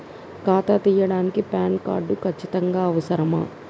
ఖాతా తీయడానికి PAN card ఖచ్చితంగా అవసరమా?